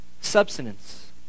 substance